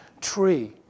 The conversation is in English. tree